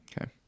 Okay